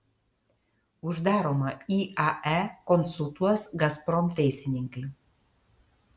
uždaromą iae konsultuos gazprom teisininkai